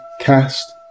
cast